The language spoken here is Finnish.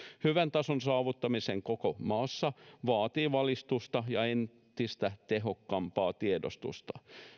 hyvän tason saavuttaminen koko maassa vaatii valistusta ja entistä tehokkaampaa tiedotusta